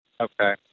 Okay